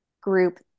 group